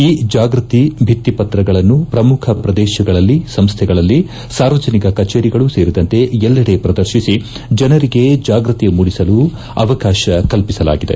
ಈ ಜಾಗೃತಿ ಭಿತ್ತಿಪತ್ರಗಳನ್ನು ಪ್ರಮುಖ ಪ್ರದೇಶಗಳಲ್ಲಿ ಸಂಸ್ಥೆಗಳಲ್ಲಿ ಸಾರ್ವಜನಿಕ ಕಜೇರಿಗಳು ಸೇರಿದಂತೆ ಎಲ್ಲೆಡೆ ಪ್ರದರ್ತಿಸಿಜನರಿಗೆ ಜಾಗೃತಿ ಮೂಡಿಸಲು ಅವಕಾಶ ಕಲ್ಪಿಸಲಾಗಿದೆ